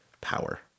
power